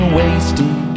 wasted